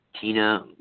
Tina